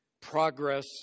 progress